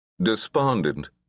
Despondent